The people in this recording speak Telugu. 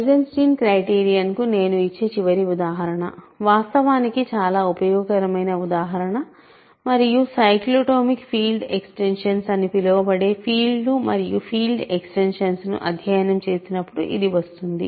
ఐసెన్స్టీన్ క్రైటీరియన్ కు నేను ఇచ్చే చివరి ఉదాహరణ వాస్తవానికి చాలా ఉపయోగకరమైన ఉదాహరణ మరియు సైక్లోటోమిక్ ఫీల్డ్ ఎక్స్టెన్షన్స్ అని పిలువబడే ఫీల్డ్లు మరియు ఫీల్డ్ ఎక్స్టెన్షన్స్ను అధ్యయనం చేసినప్పుడు ఇది వస్తుంది